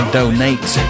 donate